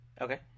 Okay